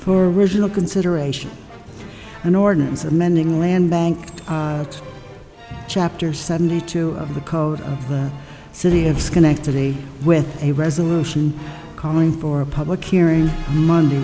for regional consideration an ordinance amending land bank chapter seventy two of the code of the city of schenectady with a resolution calling for a public hearing monday